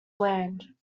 land